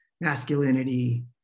masculinity